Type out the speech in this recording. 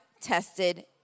tested